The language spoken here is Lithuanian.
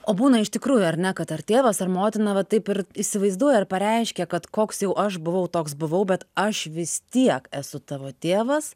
o būna iš tikrųjų ar ne kad ar tėvas ar motina va taip ir įsivaizduoja ir pareiškia kad koks jau aš buvau toks buvau bet aš vis tiek esu tavo tėvas